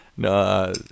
No